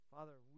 Father